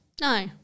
no